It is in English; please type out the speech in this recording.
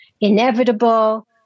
inevitable